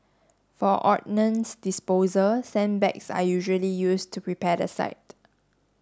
for ordnance disposal sandbags are usually used to prepare the site